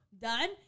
done